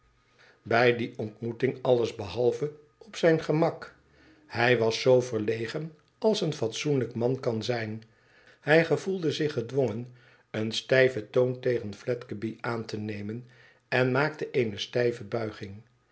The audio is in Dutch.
bij die ontmoeting alles behalve op zijn gemak hiï was zoo verlegen als een fatsoenlijk man zijn kan hij gevoelde zich gedwongen een stijven toon tegen fledgeby aan te nemen en maakte eene stijve buiging